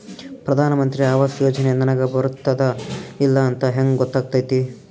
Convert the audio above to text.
ಪ್ರಧಾನ ಮಂತ್ರಿ ಆವಾಸ್ ಯೋಜನೆ ನನಗ ಬರುತ್ತದ ಇಲ್ಲ ಅಂತ ಹೆಂಗ್ ಗೊತ್ತಾಗತೈತಿ?